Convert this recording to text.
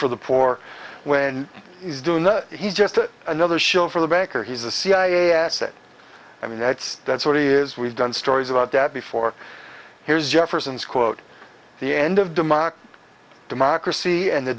for the poor when he's doing he's just another show for the banker he's a cia asset i mean that's that's what he is we've done stories about that before here's jefferson's quote the end of democracy democracy and the